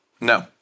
No